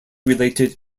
related